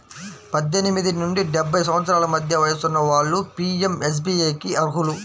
పద్దెనిమిది నుండి డెబ్బై సంవత్సరాల మధ్య వయసున్న వాళ్ళు పీయంఎస్బీఐకి అర్హులు